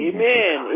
Amen